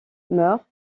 meurt